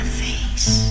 face